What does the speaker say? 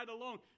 alone